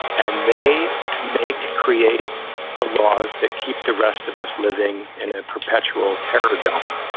and they make create the laws that keep the rest of us living in perpetual terror dumb.